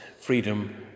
freedom